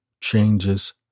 changes